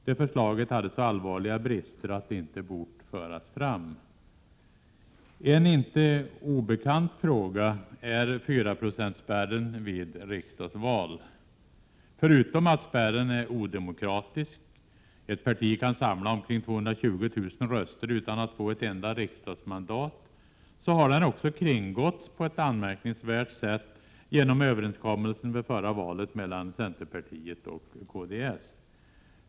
Det förslaget hade så allvarliga brister att det inte bort föras fram. En inte obekant fråga är 4-procentssprärren vid riksdagsval. Förutom att spärren är odemokratisk — ett parti kan samla omkring 220 000 röster utan att få ett enda riksdagsmandat — har den också kringgåtts på ett anmärkningsvärt sätt genom överenskommelsen vid förra valet mellan centerpartiet och kds.